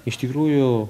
iš tikrųjų